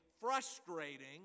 frustrating